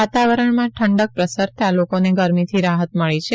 વાતાવરણમાં ઠંડક પ્રસરતા લોકોને ગરમીથી રાહત મળી છે